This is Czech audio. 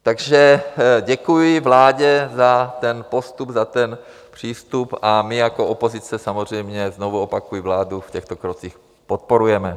Takže děkuji vládě za ten postup, za ten přístup a my jako opozice samozřejmě, znovu opakuji, vládu v těchto krocích podporujeme.